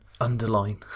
underline